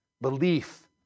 Belief